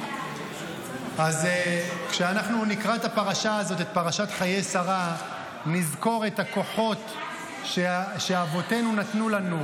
אז כשאנחנו נקרא את פרשת חיי שרה נזכור את הכוחות שאבותינו נתנו לנו,